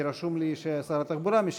כתוב לי ששר התחבורה משיב.